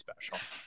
special